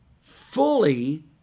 fully